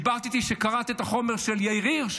דיברת איתי שקראת את החומר של יאיר הירש?